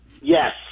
Yes